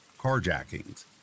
carjackings